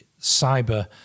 Cyber